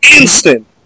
Instant